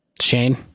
shane